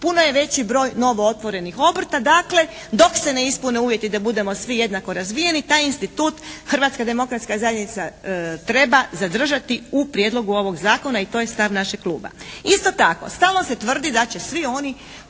puno je veći broj novootvorenih obrta. Dok se ne ispune uvjeti da budemo svi jednako razvijeni, taj institut Hrvatska demokratska zajednica treba zadržati u prijedlogu ovog zakona i to je stav našeg kluba. Isto tako stalno se tvrdi da će svi oni